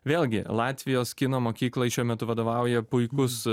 vėlgi latvijos kino mokyklai šiuo metu vadovauja puikus